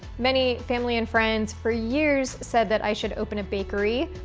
many family and friends, for years, said that i should open a bakery,